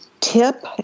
tip